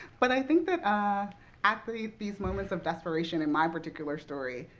but i think that ah after yeah these moments of desperation in my particular story,